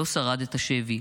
לא שרד את השבי.